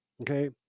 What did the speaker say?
Okay